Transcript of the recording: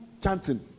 chanting